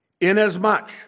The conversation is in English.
Inasmuch